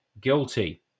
guilty